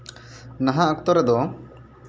ᱱᱟᱦᱟᱜ ᱚᱠᱛᱚ ᱨᱮᱫᱚ